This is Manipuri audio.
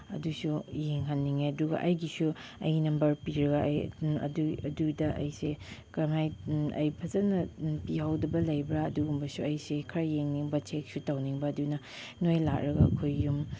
ꯑꯗꯨꯁꯨ ꯌꯦꯡꯍꯟꯅꯤꯡꯉꯦ ꯑꯗꯨꯒ ꯑꯩꯒꯤꯁꯨ ꯑꯩꯒꯤ ꯅꯝꯕꯔ ꯄꯤꯔꯒ ꯑꯩ ꯑꯗꯨꯗ ꯑꯩꯁꯦ ꯀꯔꯝꯍꯥꯏ ꯑꯩ ꯐꯖꯅ ꯄꯤꯍꯧꯗꯕ ꯂꯩꯕ꯭ꯔꯥ ꯑꯗꯨꯒꯨꯝꯕꯁꯨ ꯑꯩꯁꯦ ꯈꯔ ꯌꯦꯡꯅꯤꯡꯕ ꯆꯦꯛꯁꯨ ꯇꯧꯅꯤꯡꯕ ꯑꯗꯨꯅ ꯅꯣꯏ ꯂꯥꯛꯂꯒ ꯑꯩꯈꯣꯏ ꯌꯨꯝ